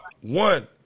one